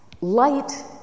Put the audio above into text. Light